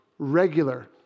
regular